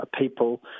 people